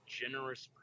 generous